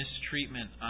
mistreatment